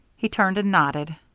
he turned and nodded.